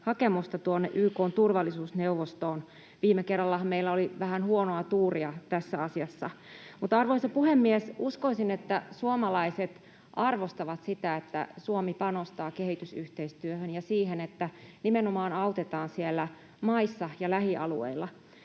hakemustamme tuonne YK:n turvallisuusneuvostoon — viime kerrallahan meillä oli vähän huonoa tuuria tässä asiassa. Mutta, arvoisa puhemies, uskoisin, että suomalaiset arvostavat sitä, että Suomi panostaa kehitysyhteistyöhön ja siihen, että nimenomaan autetaan siellä maissa ja lähialueilla.